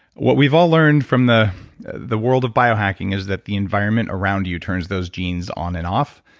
what we've all learned from the the world of biohacking is that the environment around you turns those genes on and off,